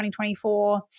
2024